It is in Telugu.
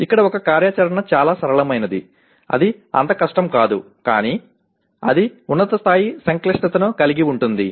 ఇక్కడ ఒక కార్యాచరణ చాలా సరళమైనది అది అంత కష్టం కాదు కానీ అది ఉన్నత స్థాయి సంక్లిష్టతను కలిగి ఉంటుంది